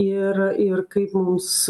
ir ir kaip mums